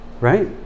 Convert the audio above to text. right